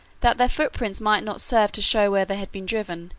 that their footprints might not serve to show where they had been driven,